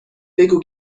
بگو